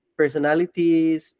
personalities